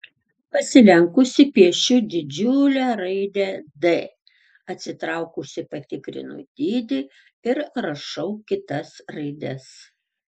pasilenkusi piešiu didžiulę raidę d atsitraukusi patikrinu dydį ir rašau kitas raides